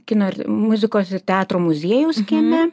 kino ir muzikos ir teatro muziejaus kieme